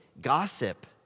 gossip